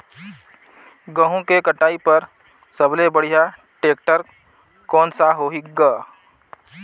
गहूं के कटाई पर सबले बढ़िया टेक्टर कोन सा होही ग?